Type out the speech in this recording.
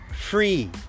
free